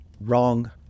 Wrong